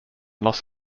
los